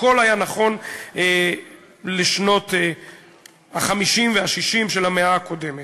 הכול היה נכון לשנות ה-50 וה-60 של המאה הקודמת.